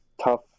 tough